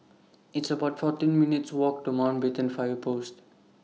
It's about fourteen minutes' Walk to Mountbatten Fire Post